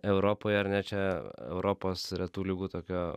europoje ar ne čia europos retų ligų tokio